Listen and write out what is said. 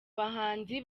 bahanzi